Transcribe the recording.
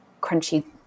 crunchy